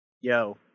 yo